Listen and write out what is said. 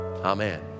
Amen